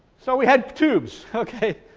so we had tubes, okay.